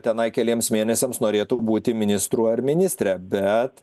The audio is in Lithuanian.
tenai keliems mėnesiams norėtų būti ministru ar ministre bet